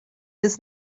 does